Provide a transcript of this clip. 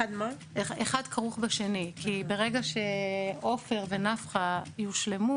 כי ברגע שעופר ונפחא יושלמו